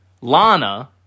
Lana